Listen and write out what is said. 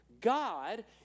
God